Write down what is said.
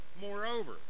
Moreover